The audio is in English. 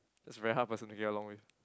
is very hard person to get along with